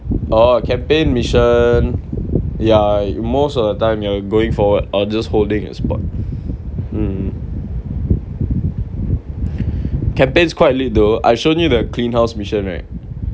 oh campaign mission ya most of the time you're going forward or just holding a spot campaigns quite lit though I've shown you that clean house mission right